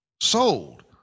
sold